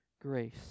grace